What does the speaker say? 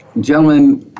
gentlemen